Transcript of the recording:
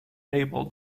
label